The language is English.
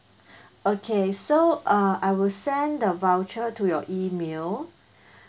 okay so uh I will send the voucher to your email